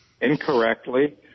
incorrectly –